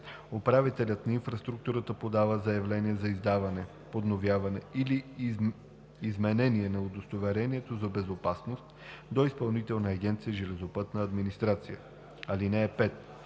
Управителят на инфраструктурата подава заявление за издаване, подновяване или изменение на удостоверение за безопасност до Изпълнителна агенция „Железопътна администрация“. (5)